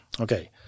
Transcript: Okay